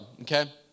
okay